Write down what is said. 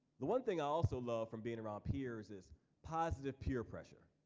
the one thing i also love from being around peers is positive peer pressure.